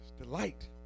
delight